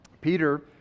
Peter